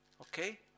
okay